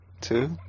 Two